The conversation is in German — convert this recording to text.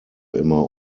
immer